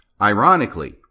ironically